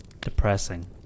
depressing